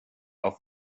auf